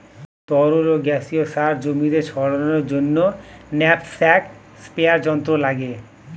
তরল ও গ্যাসীয় সার জমিতে ছড়ানোর জন্য ন্যাপস্যাক স্প্রেয়ার যন্ত্র লাগে